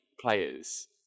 players